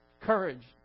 courage